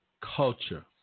culture